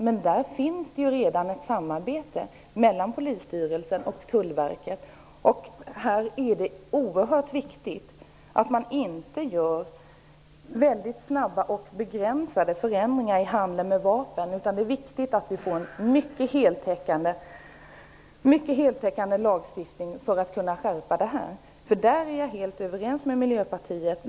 Men där finns det redan ett samarbete mellan Rikspolisstyrelsen och Tullverket. Här är det oerhört viktigt att inte göra väldigt snabba och begränsade förändringar i handeln med vapen. I stället är det viktigt att vi får en heltäckande lagstiftning för att kunna skärpa reglerna. I det avseendet är jag helt överens med Miljöpartiet.